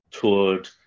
toured